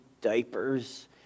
diapers